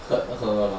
hurt her lah